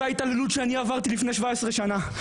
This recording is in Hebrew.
אותה התעללות שאני עברתי לפני 17 שנה.